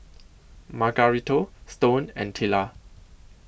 Margarito Stone and Tilla